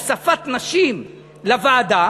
הוספת נשים לוועדה,